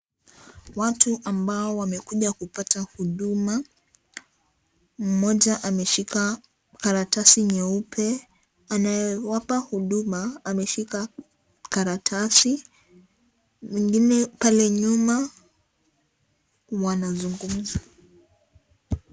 Watu ambao wamekuja kupata huduma, mmoja ameshika kalatasi nyeupe, anayewapa huduma ameshika kalatasi, mwingine pale nyuma wanazungumza.